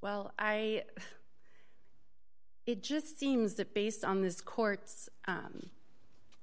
well i it just seems that based on this court's